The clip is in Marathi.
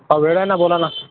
का वेळ आहे ना बोलायला